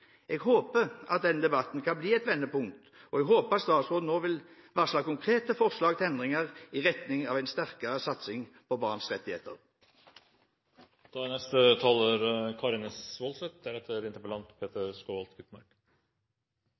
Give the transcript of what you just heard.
Jeg håper at denne debatten kan bli et vendepunkt, og jeg håper at statsråden nå vil varsle konkrete forslag til endringer i retning av en sterkere satsing på barns rettigheter.